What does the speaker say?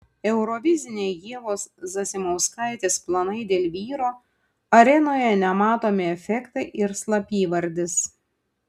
euroviziniai ievos zasimauskaitės planai dėl vyro arenoje nematomi efektai ir slapyvardis